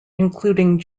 including